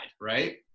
right